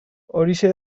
horixe